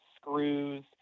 screws